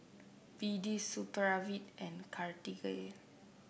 B D Supravit and Cartigain